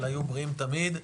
אלא יהיו בריאים תמיד,